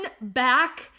back